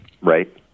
Right